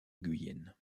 guyenne